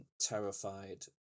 terrified